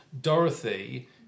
Dorothy